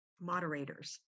moderators